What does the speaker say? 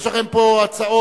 יש לכם פה הצעות.